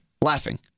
Laughing